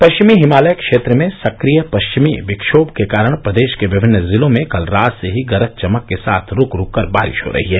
पश्चिमी हिमालय क्षेत्र में सक्रिय पश्चिमी विक्षोभ के कारण प्रदेश के विभिन्न जिलों में कल रात से ही गरज चमक के साथ रूक रूक कर बारिश हो रही है